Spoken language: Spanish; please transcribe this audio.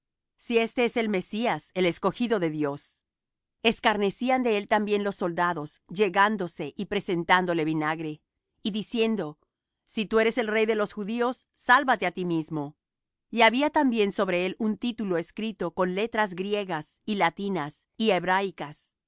si éste es el mesías el escogido de dios escarnecían de él también los soldados llegándose y presentándole vinagre y diciendo si tú eres el rey de los judíos sálvate á ti mismo y había también sobre él un título escrito con letras griegas y latinas y hebraicas